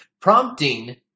prompting